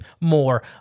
more